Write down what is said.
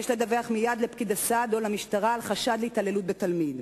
יש לדווח מייד לפקיד הסעד או למשטרה על חשד להתעללות בתלמיד,